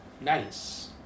nice